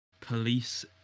police